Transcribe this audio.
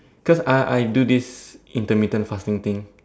cause I I do this in the middle fasting thing